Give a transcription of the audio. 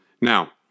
Now